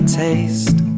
taste